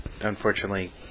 unfortunately